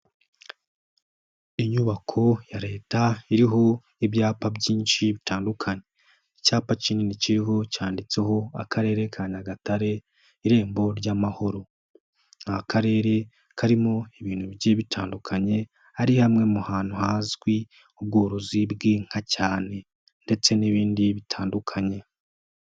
Inyubako ya leta iriho ibyapa byinshi bitandukanye, icyapa kinini kiriho cyanditseho Akarere ka Nyagatare, irembo ry'amahoro, ni akarere karimo ibintu bitandukanye, ari hamwe mu hantu hazwi ubworozi bw'inka cyane ndetse n'ibindi bitandukanye.